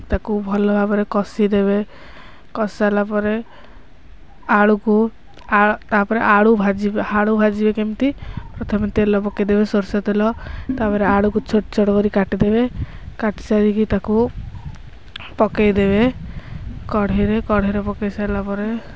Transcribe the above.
ତାକୁ ଭଲ ଭାବରେ କଷିଦେବେ କଷି ସାରିଲା ପରେ ଆଳୁକୁ ତା'ପରେ ଆଳୁ ଭାଜିବେ ଆଳୁ ଭାଜିବେ କେମିତି ପ୍ରଥମେ ତେଲ ପକାଇଦେବେ ସୋରିଷ ତେଲ ତା'ପରେ ଆଳୁକୁ ଛୋଟ ଛୋଟ କରି କାଟିଦେବେ କାଟି ସାରିକି ତାକୁ ପକାଇଦେବେ କଢ଼େଇରେ କଢ଼େଇରେ ପକାଇ ସାରିଲା ପରେ